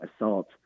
assault